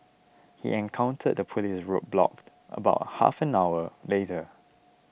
he encountered a police roadblock about half an hour later